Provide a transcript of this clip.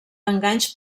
enganys